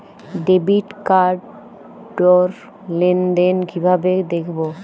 Debit card র লেনদেন কিভাবে দেখবো?